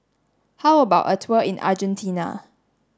how about a tour in Argentina